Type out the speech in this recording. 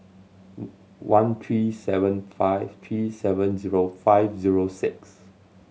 one three seven five three seven zero five zero six